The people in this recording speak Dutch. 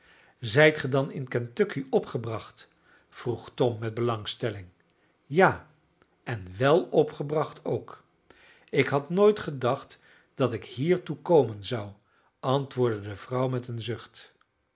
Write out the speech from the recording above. zijt ge dan in kentucky opgebracht vroeg tom met belangstelling ja en wèl opgebracht ook ik had nooit gedacht dat ik hiertoe komen zou antwoordde de vrouw met een zucht